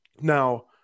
Now